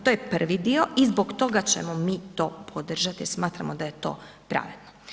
To je prvi dio i zbog toga ćemo mi to podržati jer smatramo da je to pravedno.